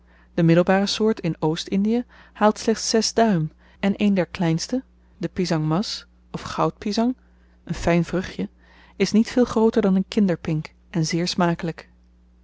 de middelbare soort in oost-indie haalt slechts zes duim en een der kleinste de pisang maas of goud pisang n fyn vruchtje is niet veel grooter dan een kinderpink en zeer smakelyk